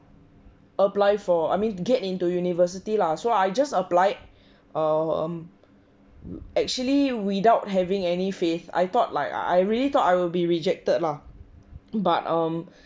apply for I mean get into university lah so I just applied um actually without having any faith I thought like I I really thought I will be rejected lah but um